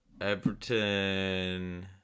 Everton